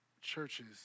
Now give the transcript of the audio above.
churches